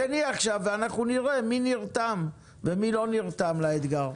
עכשיו, ואנחנו נראה מי נרתם ומי לא נרתם לאתגר.